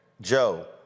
Joe